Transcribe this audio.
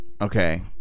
Okay